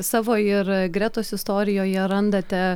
savo ir gretos istorijoje randate